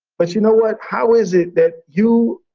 but you know what? how is it that you,